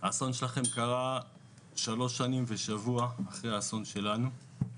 האסון קרה שלוש שנים ושבוע אחרי האסון שלנו.